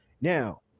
Now